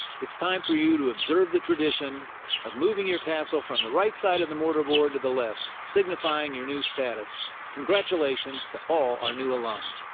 it's time for you to observe the tradition of moving your tassel from the right side of the mortar board to the left, signifying your new status. congratulations to all our new alums